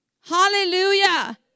Hallelujah